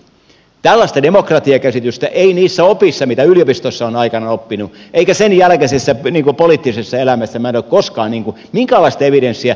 tällaista demokratiakäsitystä ei ollut niissä opeissa mitä yliopistossa olen aikanani oppinut ja sen jälkeisessä poliittisessa elämässä minä en ole koskaan nähnyt siitä minkäänlaista evidenssiä